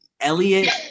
Elliot